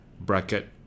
bracket